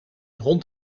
hond